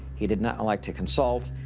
he did not like to consult.